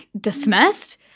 dismissed